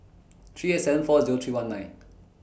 three eight seven four Zero three one nine